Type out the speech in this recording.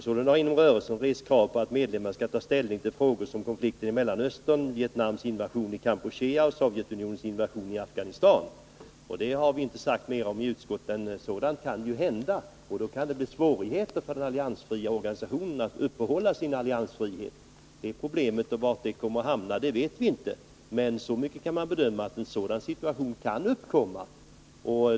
Sålunda har inom rörelsen rests krav på att medlemmarna skall ta ställning till frågor som konflikten i Mellanöstern, Vietnams invasion i Kampuchea och Sovjetunionensinvasion i Afghanistan. Vad vi har sagt i utskottet är alltså att sådant kan hända. Då kan det bli svårt för den alliansfria organisationen att upprätthålla sin alliansfrihet. Hur olika problem kan komma att utvecklas vet vi inte, men så mycket kan vi bedöma att sådana här situationer kan uppkomma.